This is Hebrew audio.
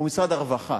הוא משרד הרווחה.